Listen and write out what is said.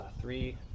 three